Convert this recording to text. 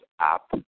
app